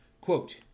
Quote